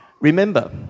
Remember